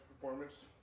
performance